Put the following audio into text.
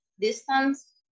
distance